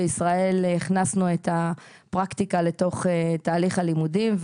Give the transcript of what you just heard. בישראל הכנסנו את הפרקטיקה לתוך תהליך הלימודים,